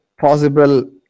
possible